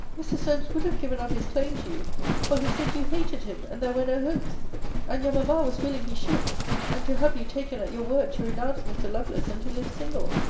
mr. solmes would have given up his claim to you for he said, you hated him, and there were no hopes and your mamma was willing he should and to have you taken at your word, to renounce mr. lovelace and to live single.